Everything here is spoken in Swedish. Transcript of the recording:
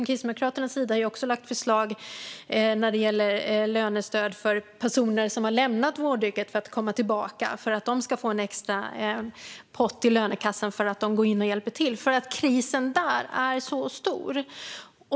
Kristdemokraterna har lagt fram förslag när det gäller lönestöd för personer som har lämnat vårdyrket och kommer tillbaka, för att de ska få en extra pott till lönekassan när de går in och hjälper till därför att krisen är så stor.